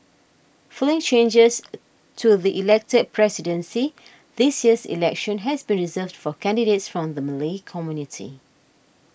following changes to the elected presidency this year's election has been reserved for candidates from the Malay community